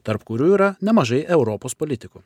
tarp kurių yra nemažai europos politikų